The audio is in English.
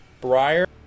Briar